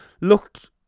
Looked